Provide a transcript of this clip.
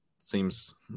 Seems